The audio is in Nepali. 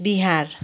बिहार